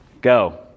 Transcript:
Go